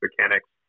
mechanics